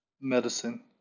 medicine